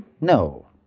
no